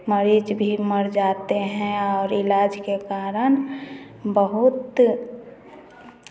मरीज़ भी मर मर जाते हैं और इलाज के कारण बहुत